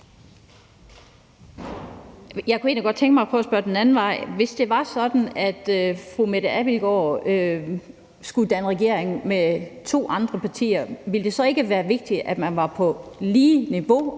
Jeg kunne egentlig godt tænke mig at spørge den anden vej: Hvis det var sådan, at fru Mette Abildgaards parti skulle danne regering med to andre partier, ville det så ikke være vigtigt, at man var på samme niveau,